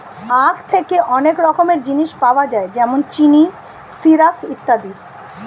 আখ থেকে অনেক রকমের জিনিস পাওয়া যায় যেমন চিনি, সিরাপ ইত্যাদি